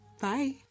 Bye